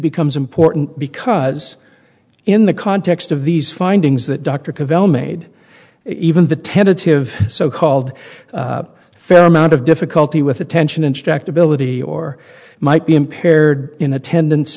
becomes important because in the context of these findings that dr cavell made even the tentative so called fair amount of difficulty with attention instruct ability or might be impaired in attendance